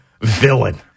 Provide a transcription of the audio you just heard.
villain